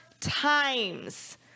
Times